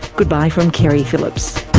goodbye from keri phillips.